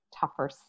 tougher